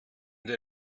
der